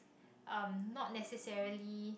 um not necessarily